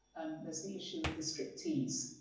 there's the issue of the striptease.